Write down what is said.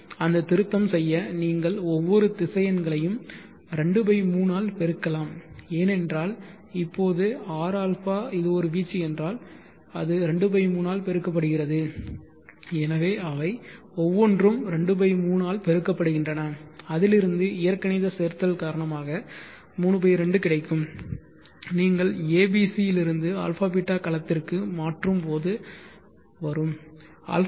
எனவே அந்த திருத்தம் செய்ய நீங்கள் ஒவ்வொரு திசையன்களையும் 23 ஆல் பெருக்கலாம் ஏனென்றால் இப்போது rα இது ஒரு வீச்சு என்றால் அது 23 ஆல் பெருக்கப்படுகிறது எனவே அவை ஒவ்வொன்றும் 23 ஆல் பெருக்கப்படுகின்றன அதிலிருந்து இயற்கணித சேர்த்தல் காரணமாக 32 கிடைக்கும் நீங்கள் abc இலிருந்து αβ களத்திற்கு மாற்றும்போது வரும்